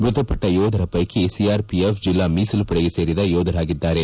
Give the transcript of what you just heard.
ಮೃತಪಟ್ಟ ಯೋಧರ ಪೈಕಿ ಸಿಆರ್ಪಿಎಫ್ ಜಿಲ್ಲಾ ಮೀಸಲು ಪಡೆಗೆ ಸೇರಿದ ಯೋಧರಾಗಿದ್ದಾರೆ